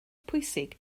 pwysig